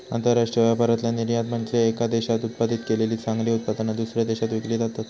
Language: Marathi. आंतरराष्ट्रीय व्यापारातला निर्यात म्हनजे येका देशात उत्पादित केलेली चांगली उत्पादना, दुसऱ्या देशात विकली जातत